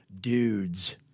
dudes